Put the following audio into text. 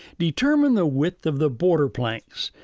determine the width of the border planks.